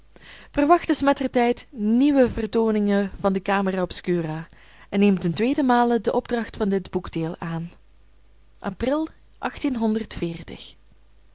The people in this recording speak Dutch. mettertijd nieuwe vertooningen van de camera obscura en neem ten tweeden male de opdracht van dit boekdeel aan april